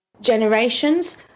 generations